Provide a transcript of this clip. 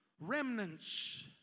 remnants